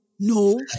no